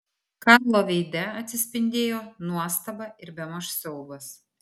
karlo veide atsispindėjo nuostaba ir bemaž siaubas